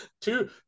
Two